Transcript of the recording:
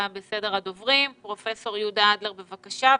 פרופסור יהודה אדלר בבקשה.